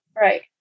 right